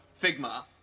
Figma